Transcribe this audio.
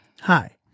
Hi